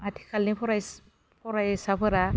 आथिखालनि फराय फरायसाफोरा